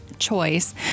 choice